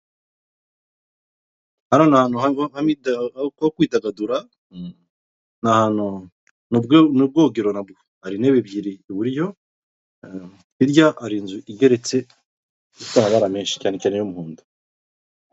Hano ni ahantu ho kwidagadura ni ahantu ni ubwogero na bwo hari intebe ebyiri iburyo hirya hari inzu igeretse ifite amabara menshi cyane cyane y'umuhondo.